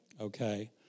okay